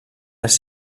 les